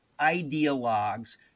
ideologues